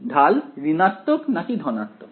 ঢাল ঋণাত্মক না কি ধনাত্মক